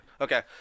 Okay